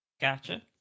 Gotcha